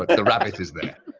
the rabbit is there.